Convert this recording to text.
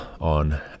on